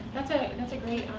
that's and and that's a great